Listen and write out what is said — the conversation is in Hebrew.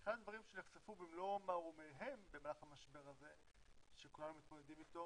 אחד הדברים שנחשפו במלוא מערומיהם במהלך המשבר הזה שכולם מתמודדים איתו